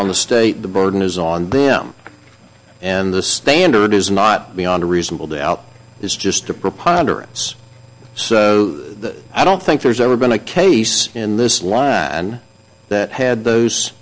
on the state the burden is on them and the standard is not beyond a reasonable doubt is just a preponderance so i don't think there's ever been a case in this line that had those